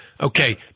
Okay